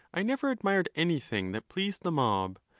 i never admired anything that pleased the mob,